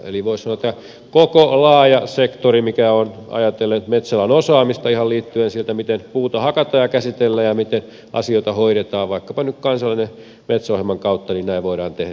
eli voisi sanoa että koskien koko laajaa sektoria mikä on ajatellen nyt metsäalan osaamista ihan lähtien siitä miten puuta hakataan ja käsitellään ja miten asioita hoidetaan vaikkapa nyt kansallisen metsäohjelman kautta näin voidaan tehdä